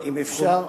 אם אפשר,